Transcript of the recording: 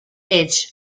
edge